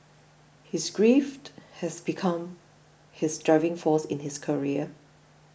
his grief has become his driving force in his career